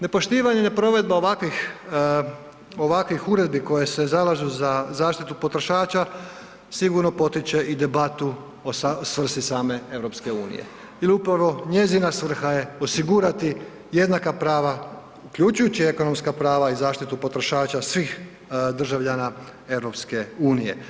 Nepoštivanje i neprovedba ovakvih uredbi koje se zalažu za zaštitu potrošača sigurno potiče i debatu o svrsi same EU jer upravo njezina svrha je osigurati jednaka prava, uključujući ekonomska prava i zaštitu potrošača svih državljana EU.